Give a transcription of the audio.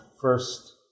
first